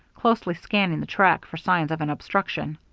closely scanning the track for signs of an obstruction.